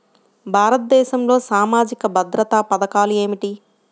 భారతదేశంలో సామాజిక భద్రతా పథకాలు ఏమిటీ?